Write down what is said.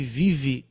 vive